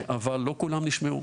אבל לא כולם נשמעו